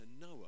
Noah